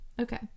Okay